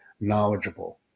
knowledgeable